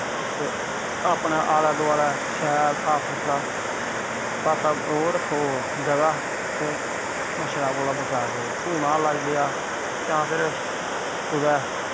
अपनै आलै दोआलै शैल साफ सुथरा ओह् रक्खो जगह ते मच्छरै कोला बचाऽ करो धूना लाई लेआ जां फिर कुदै